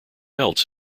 else